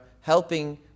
helping